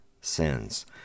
sins